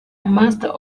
master